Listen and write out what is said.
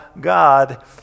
God